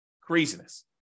Craziness